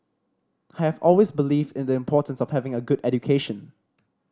I have always believed in the importance of having a good education